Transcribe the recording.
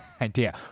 idea